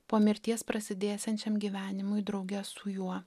po mirties prasidėsiančiam gyvenimui drauge su juo